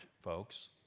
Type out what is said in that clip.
folks